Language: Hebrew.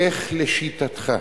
לך לשיטתך,